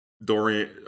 Dorian